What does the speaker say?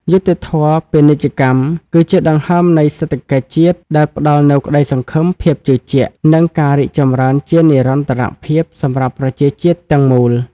យុត្តិធម៌ពាណិជ្ជកម្មគឺជាដង្ហើមនៃសេដ្ឋកិច្ចជាតិ ដែលផ្ដល់នូវក្តីសង្ឃឹម ភាពជឿជាក់ និងការរីកចម្រើនជានិរន្តរភាពសម្រាប់ប្រជាជាតិទាំងមូល។